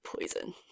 poison